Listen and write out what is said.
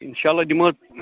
اِنشااللہ دِمَو حظ